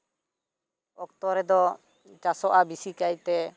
ᱚᱠᱛᱚ ᱨᱮᱫᱚ ᱪᱟᱥᱚᱜᱼᱟ ᱵᱮᱥᱤ ᱠᱟᱭᱛᱮ